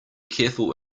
careful